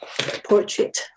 portrait